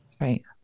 Right